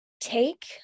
take